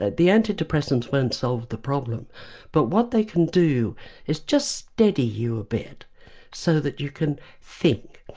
ah the anti-depressants won't solve the problem but what they can do is just steady you a bit so that you can think.